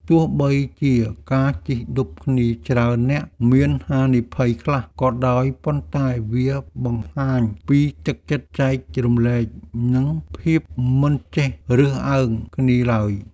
ទោះបីជាការជិះឌុបគ្នាច្រើននាក់មានហានិភ័យខ្លះក៏ដោយប៉ុន្តែវាបង្ហាញពីទឹកចិត្តចែករំលែកនិងភាពមិនចេះរើសអើងគ្នាឡើយ។